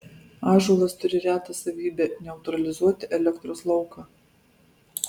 ąžuolas turi retą savybę neutralizuoti elektros lauką